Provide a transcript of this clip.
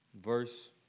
verse